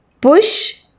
push